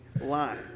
line